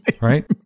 Right